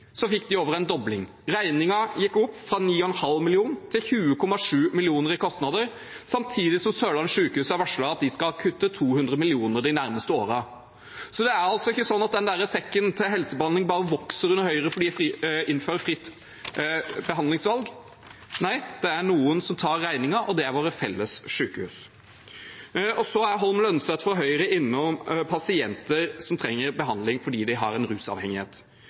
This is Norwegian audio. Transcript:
fikk de over en dobling. Regningen gikk opp fra 9,5 mill. kr i kostnader til 20,7 mill. kr, samtidig som Sørlandet sykehus har varslet at de skal kutte 200 mill. kr de nærmeste årene. Det er altså ikke sånn at den sekken til helsebehandling bare vokser under Høyre fordi de innfører fritt behandlingsvalg. Nei, det er noen som tar regningen, og det er våre felles sykehus. Så er Holm Lønseth fra Høyre innom pasienter som trenger behandling fordi de har en rusavhengighet.